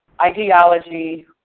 ideology